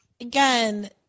again